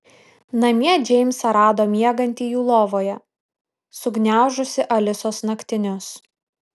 namie džeimsą rado miegantį jų lovoje sugniaužusį alisos naktinius